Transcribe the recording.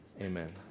amen